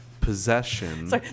Possession